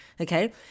okay